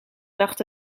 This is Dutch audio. lacht